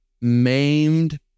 maimed